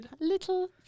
little